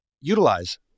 utilize